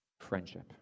friendship